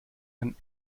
ein